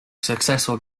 successful